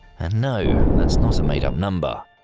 and no, that's not a made up number!